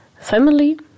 family